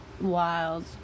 Wild